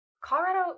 Colorado